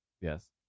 Yes